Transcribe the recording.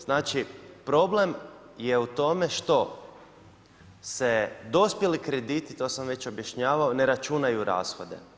Znači, problem je u tome što se dospjeli krediti, to sam već objašnjavao ne računaju rashode.